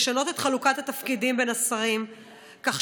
לשנות את חלוקת התפקידים בין השרים כך